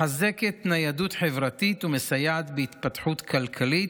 היא מחזקת ניידות חברתית ומסייעת בהתפתחות כלכלית,